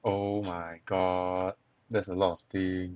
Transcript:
oh my god there's a lot of thing